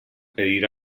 pedir